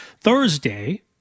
Thursday